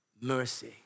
mercy